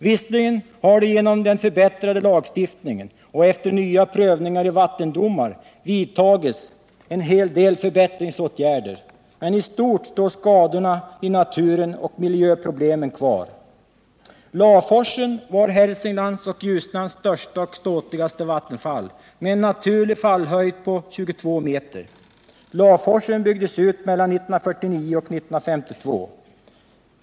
Visserligen har genom den förbättrade lagstiftningen och efter nya prövningar i vattendomar vidtagits en hel del förbättringsåtgärder, men i stort står skadorna i naturen och miljöproblemen kvar. Laforsen var Hälsinglands och Ljusnans största och ståtligaste vattenfall, med en naturlig fallhöjd på 22 meter. Laforsen byggdes ut mellan 1949 och 1952.